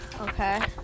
okay